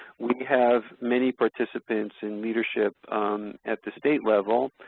we have many participants and leadership at the state level